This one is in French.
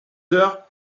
heures